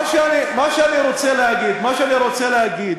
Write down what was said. מה שאני רוצה להגיד,